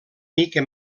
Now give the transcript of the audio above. mica